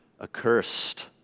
accursed